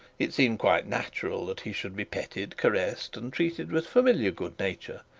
it seemed quite natural that he should be petted, caressed, and treated with familiar good nature,